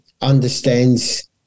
understands